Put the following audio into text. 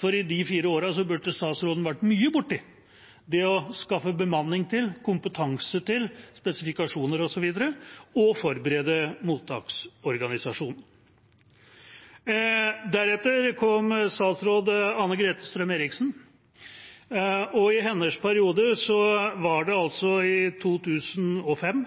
for i de fire årene burde statsråden vært mye borti det å skaffe bemanning, kompetanse, spesifikasjoner, osv., og forberede mottaksorganisasjonen. Deretter kom statsråd Anne-Grete Strøm-Erichsen, og i hennes periode var det forsinkelser – i 2005 var